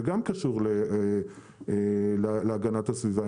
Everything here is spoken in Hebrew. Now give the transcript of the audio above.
וזה גם קשור להגנת הסביבה.